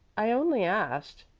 i only asked,